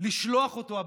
לשלוח אותו הביתה,